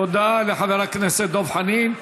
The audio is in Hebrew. תודה לחבר הכנסת דב חנין.